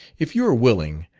if you are willing,